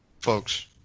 folks